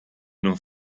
non